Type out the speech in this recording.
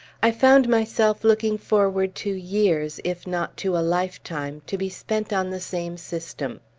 i found myself looking forward to years, if not to a lifetime, to be spent on the same system.